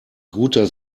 guter